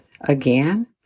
Again